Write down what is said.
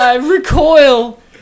recoil